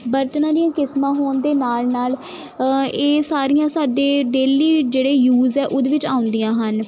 ਬਰਤਨਾਂ ਦੀਆਂ ਕਿਸਮਾਂ ਹੋਣ ਦੇ ਨਾਲ ਨਾਲ ਇਹ ਸਾਰੀਆਂ ਸਾਡੇ ਡੇਲੀ ਜਿਹੜੇ ਯੂਜ ਹੈ ਉਹਦੇ ਵਿੱਚ ਆਉਂਦੀਆਂ ਹਨ